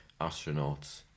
astronauts